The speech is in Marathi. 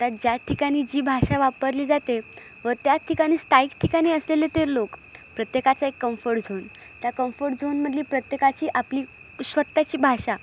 त्या ज्या ठिकाणी जी भाषा वापरली जाते व त्यात ठिकाणी स्थायिक ठिकाणी असलेले ते लोक प्रत्येकाचा एक कम्फर्ट झोन त्या कम्फर्ट झोनमधील प्रत्येकाची आपली स्वतःची भाषा